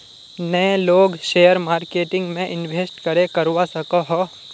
नय लोग share marketing में इंवेस्ट करे करवा सकोहो?